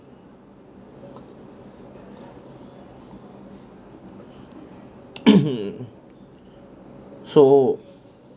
so